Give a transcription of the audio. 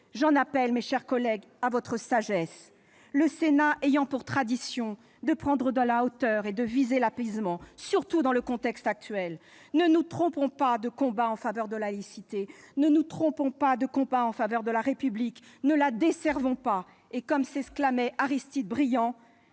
sagesse, mes chers collègues, le Sénat ayant pour tradition de prendre de la hauteur et de viser l'apaisement, surtout dans le contexte actuel. Ne nous trompons pas de combat en faveur de la laïcité, ne nous trompons pas de combat en faveur de la République, ne la desservons pas ! Comme s'exclamait Aristide Briand,